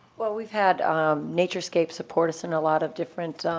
well, we've had naturescape support us in a lot of different,